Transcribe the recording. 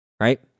right